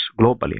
globally